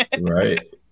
right